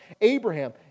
Abraham